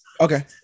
Okay